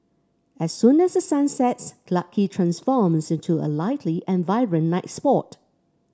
as soon as the sun sets Clarke Quay transforms into a lively and vibrant night spot